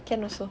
can also